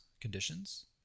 conditions